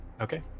Okay